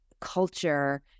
culture